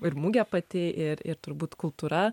ir mugė pati ir ir turbūt kultūra